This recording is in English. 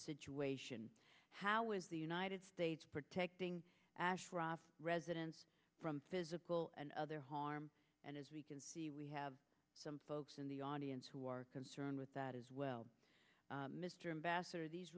situation how is the united states protecting ashraf residents from physical and other harm and as we can see we have some folks in the audience who are concerned with that as well mr ambassador these